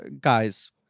guys